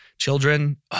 Children